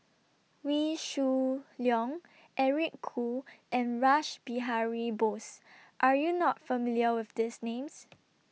Wee Shoo Leong Eric Khoo and Rash Behari Bose Are YOU not familiar with These Names